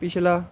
ਪਿਛਲਾ